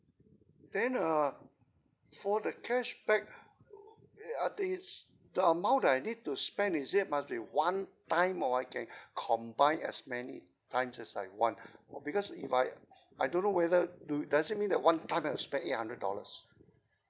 then uh for the cashback I think is the amount that I need to spend is it must be one time or I can combine as many times as I want because if I I don't know whether do does it mean that one time I spent eight hundred dollars